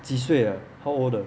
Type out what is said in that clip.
几岁的 how old 的